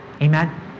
Amen